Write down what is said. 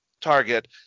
target